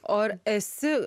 o ar esi